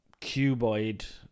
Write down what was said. cuboid